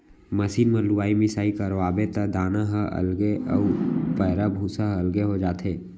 machine म लुवाई मिसाई करवाबे त दाना ह अलगे अउ पैरा भूसा ह अलगे हो जाथे